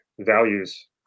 values